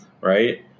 right